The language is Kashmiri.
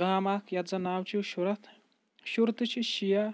گام اَکھ یِتھ زَن ناو چھُ شُرَتھ شُرتہِ چھِ شِیا